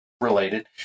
related